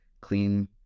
clean